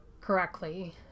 correctly